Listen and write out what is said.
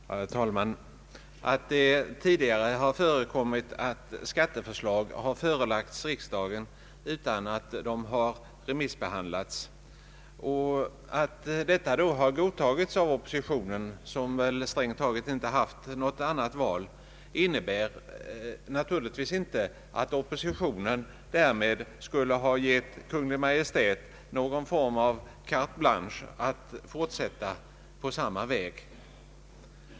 Herr talman! Att det tidigare har förekommit att skatteförslag förelagts riksdagen utan att de har remissbehandlats och att detta förfarande då har godtagits av oppositionen, som strängt taget inte haft något annat val, innebär naturligtvis inte att oppositionen därmed skulle ha givit Kungl. Maj:t någon form av carte blanche att fortsätta på samma väg.